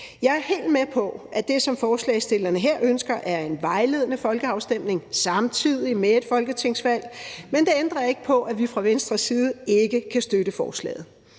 Jeg er helt med på, at det, som forslagsstillerne her ønsker, er en vejledende folkeafstemning samtidig med et folketingsvalg, men det ændrer ikke på, at vi fra Venstres side ikke kan støtte forslaget.